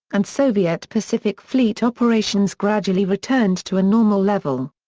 and soviet pacific fleet operations gradually returned to a normal level.